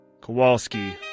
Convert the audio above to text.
Kowalski